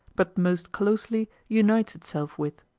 but most closely unites itself with.